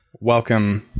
Welcome